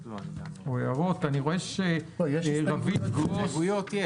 יש הסתייגויות.